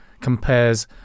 compares